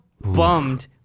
bummed